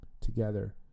together